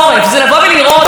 למה אנחנו מחכים?